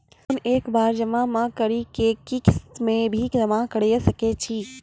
Loan एक बार जमा म करि कि किस्त मे भी करऽ सके छि?